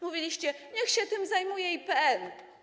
Mówiliście: niech się tym zajmuje IPN.